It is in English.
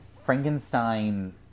Frankenstein